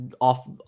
off